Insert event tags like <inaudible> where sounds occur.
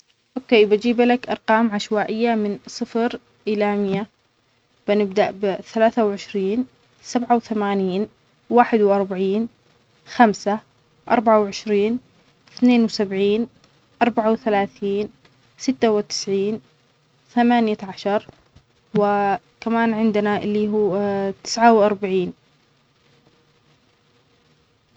اوكيه بجيب لك ارقام عشوائيه من صفرالي ميه بنبدا ب ثلاثه و عشرين ، سبعه و ثمانين، واحد واربعين ،خمسه ،اربعه وعشرين ،إثنين وسبعين ،اربعه وثلاثين، سته و تسعين، ثمانيه عشر وكمان عندنا اللي هو <hesitation> تسعه واربعين